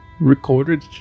recorded